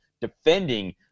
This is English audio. defending